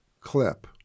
clip